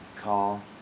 call